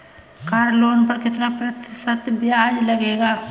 Car loan पर कितना प्रतिशत ब्याज लगेगा?